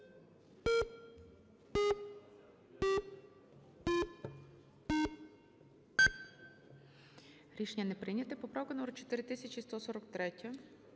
Рішення не прийнято. Поправка номер 4148.